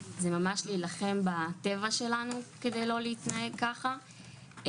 זה ממש להילחם בטבע שלנו כדי לא להתנהג ככה,